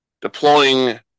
deploying